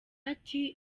ati